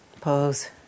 pose